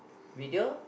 video